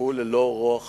כשהוא ללא רוח חיים.